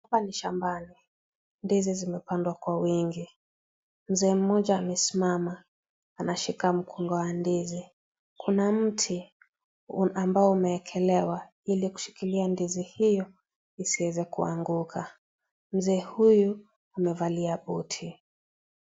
Hapa ni shambani, ndizi zimepangwa kwa mistari. Mzee mmoja amesimama anashika mkunga wa ndizi. Kuna mti ambao imewekelewa ili kushikilia ndizi hiyo isiweze kuanguka. Mzee huyu amevalia koti.